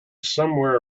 somewhere